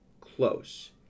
close